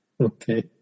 Okay